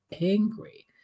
angry